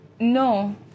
No